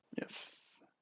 Yes